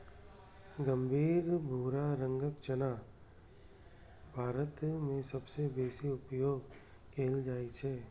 गहींर भूरा रंगक चना भारत मे सबसं बेसी उपयोग कैल जाइ छै